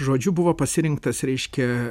žodžiu buvo pasirinktas reiškia